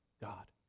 God